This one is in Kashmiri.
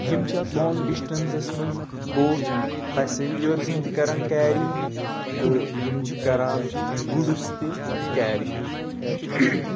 یِم چھِ اَتھ لونٛگ ڈِسٹَنزَس منٛز بوتھ پَسَنجٲرسَن تہِ کَران کیری تہٕ یِم چھِ کَران گُڈٕس تہِ کیری